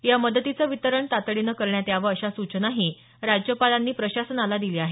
या मदतीचं वितरण तातडीनं करण्यात यावं अशा सूचनाही राज्यपालांनी प्रशासनाला दिल्या आहेत